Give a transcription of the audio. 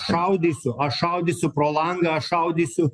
šaudysiu aš šaudysiu pro langą aš šaudysiu